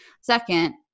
Second